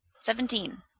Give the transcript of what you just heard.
Seventeen